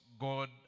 God